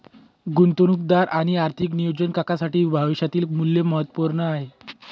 गुंतवणूकदार आणि आर्थिक नियोजन काकांसाठी भविष्यातील मूल्य महत्त्वपूर्ण आहे